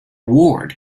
ward